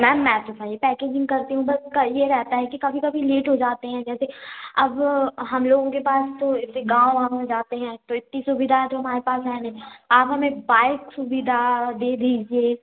ma'am में तो खाली पैकिजींग करती हूँ बस का ये रहता है की कभी कभी लेट हो जाते हें जैसे अब हम लोगों के पास तो गाँव वाँव में जाते हैं तो इतनी सुविधाएं तो हमारे पास है नहीं आप हमें बाइक सुविधा दे दीजिए